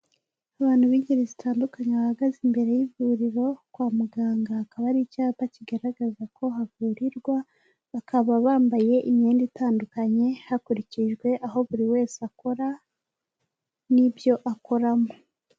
Abantu b'ingeri zitandukanye bahagaze imbere y'ivuriro kwa muganga hakaba hari icyapa kigaragaza ko havurirwa, bakaba bambaye imyenda itandukanye hakurikijwe aho buri wese akora n'ibyo akoramo.